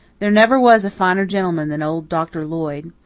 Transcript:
there never was a finer gentleman than old doctor lloyd.